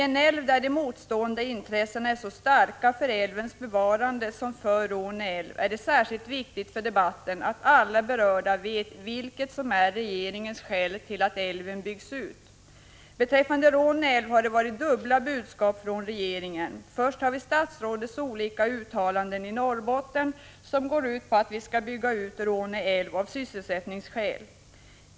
Eftersom de motstående intressena för älvens bevarande är så starka när det gäller Råne älv är det särskilt viktigt för debatten att alla berörda vet vilket som är regeringens skäl till att älven byggs ut. Beträffande Råne älv har det förekommit dubbla budskap från regeringen. Först har vi statsrådets olika uttalanden i Norrbotten, vilka går ut på att vi skall bygga ut Råne älv av sysselsättningsskäl.